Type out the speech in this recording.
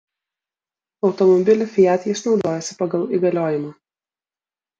automobiliu fiat jis naudojosi pagal įgaliojimą